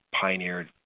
pioneered